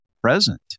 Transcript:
present